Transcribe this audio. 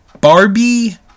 Barbie